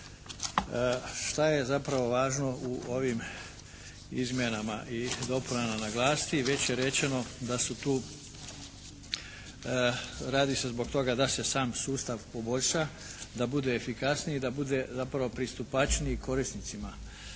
Što je zapravo važno u ovim izmjenama i dopunama naglasiti već je rečeno da su tu. Radi se zbog toga da se sam sustav poboljša, da bude efikasniji i da bude zapravo pristupačniji korisnicima